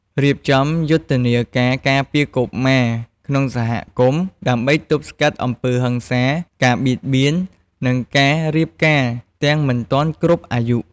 រៀបចំយន្តការការពារកុមារក្នុងសហគមន៍ ដើម្បីទប់ស្កាត់អំពើហិង្សា ការបៀតបៀន និងការរៀបការទាំងមិនទាន់គ្រប់អាយុ។